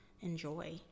enjoy